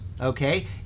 okay